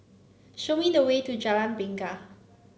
show me the way to Jalan Bingka